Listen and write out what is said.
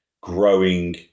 growing